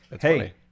hey